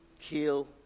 kill